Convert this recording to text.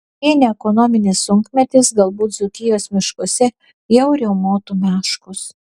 jei ne ekonominis sunkmetis galbūt dzūkijos miškuose jau riaumotų meškos